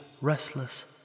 restless